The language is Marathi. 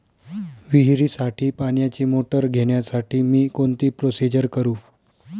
विहिरीसाठी पाण्याची मोटर घेण्यासाठी मी कोणती प्रोसिजर करु?